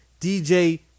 DJ